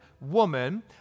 woman